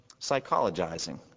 psychologizing